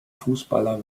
fußballer